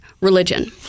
religion